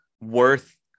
worth